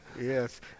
Yes